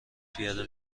پیاده